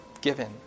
given